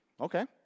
Okay